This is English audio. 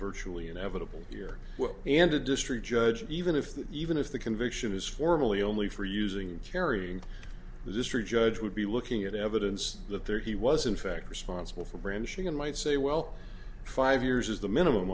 virtually inevitable here and a district judge even if that even if the conviction is formally only for using carrying the district judge would be looking at evidence that there he was in fact responsible for brandishing and might say well five years is the minimum